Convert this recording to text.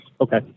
Okay